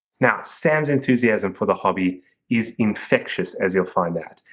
now, sam's enthusiasm for the hobby is infectious, as you'll find out,